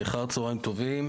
שלום לכולם,